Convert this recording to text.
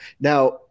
now